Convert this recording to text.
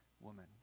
woman